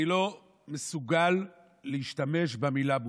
אני לא מסוגל להשתמש במילה "בושה",